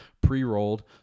pre-rolled